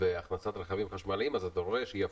והכנסות מרכבים חשמליים, אז אתה רואה שהיא הפוכה.